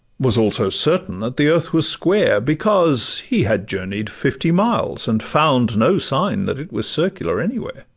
was also certain that the earth was square, because he had journey'd fifty miles, and found no sign that it was circular anywhere